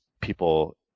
people